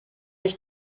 ich